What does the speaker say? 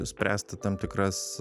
spręsti tam tikras